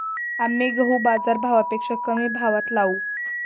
आम्ही गहू बाजारभावापेक्षा कमी भावात लावू